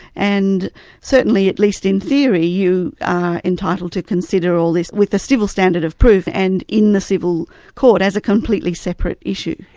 and certainly, at least in theory, you are entitled to consider all this with the civil standard of proof, and in the civil court as a completely separate issue.